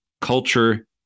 culture